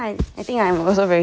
ya I think I'm also 蛮幸运的 yes correct